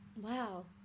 Wow